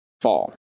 fall